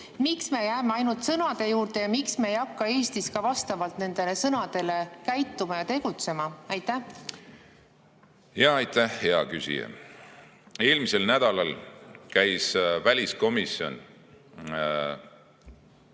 Miks me jääme ainult sõnade juurde ega hakka Eestis vastavalt nendele sõnadele käituma ja tegutsema? Aitäh, hea küsija! Eelmisel nädalal käis väliskomisjon